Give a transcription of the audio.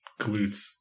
glutes